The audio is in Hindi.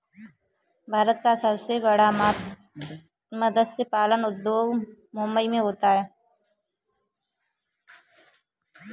भारत का सबसे बड़ा मत्स्य पालन उद्योग मुंबई मैं होता है